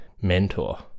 mentor